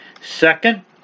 Second